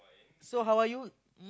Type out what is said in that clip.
so how are you